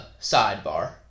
sidebar